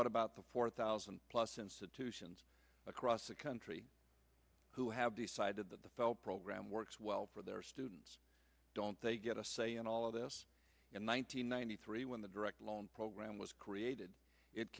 what about the four thousand plus institutions across the country who have decided that the felt program works well for their students don't they get a say in all of this in one thousand nine hundred three when the direct loan program was created it